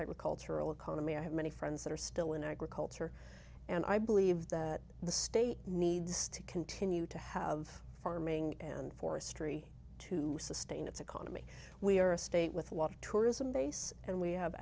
agricultural economy i have many friends that are still in agriculture and i believe that the state needs to continue to have farming and forestry to sustain its economy we are a state with a lot of tourism base and we have